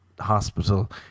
hospital